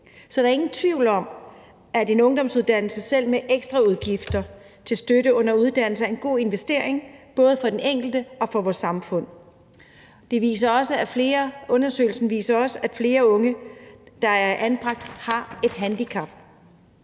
Så der er ingen tvivl om, at en ungdomsuddannelse, selv med ekstraudgifter til støtte under uddannelse, er en god investering, både for den enkelte og for vores samfund. Undersøgelsen viser også, at flere unge, der er anbragt, har et handicap.